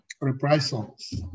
reprisals